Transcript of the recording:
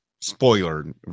spoiler